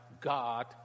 God